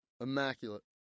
Immaculate